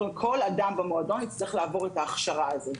כל אדם במועדון יצטרך לעבור את ההכשרה הזאת.